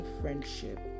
friendship